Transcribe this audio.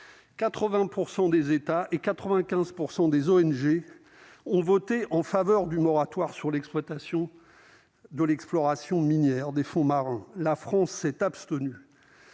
100 des États et 95 % des ONG ont voté en faveur du moratoire sur l'exploitation de l'exploration minière des fonds marins, la France s'est abstenu,